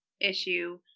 issue